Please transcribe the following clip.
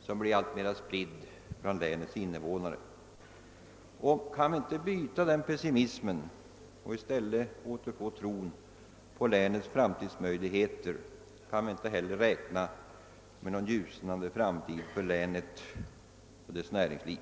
som blir alltmer spridd bland invånarna. Kan vi inte bryta den pessimismen och i stället återfå tron på länets framtidsmöjligheter, kan vi inte heller räkna med någon ljusnande framtid för länet och dess näringsliv.